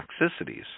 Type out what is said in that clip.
toxicities